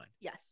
Yes